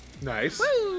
Nice